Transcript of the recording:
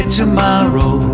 tomorrow